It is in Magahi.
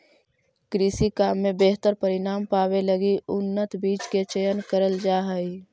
कृषि काम में बेहतर परिणाम पावे लगी उन्नत बीज के चयन करल जा हई